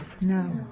No